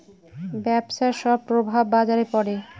ব্যবসার সব প্রভাব বাজারে পড়ে